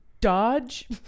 Dodge